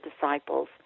disciples